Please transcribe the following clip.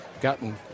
gotten